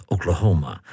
Oklahoma